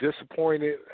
disappointed